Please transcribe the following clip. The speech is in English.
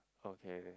okay